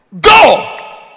go